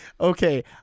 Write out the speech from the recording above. okay